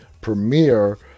premiere